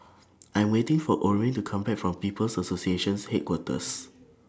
I Am waiting For Orvin to Come Back from People's Associations Headquarters